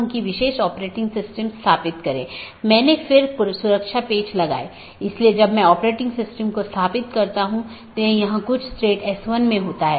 पथ को पथ की विशेषताओं के रूप में रिपोर्ट किया जाता है और इस जानकारी को अपडेट द्वारा विज्ञापित किया जाता है